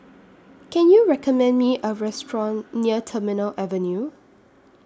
Can YOU recommend Me A Restaurant near Terminal Avenue